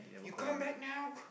you come back now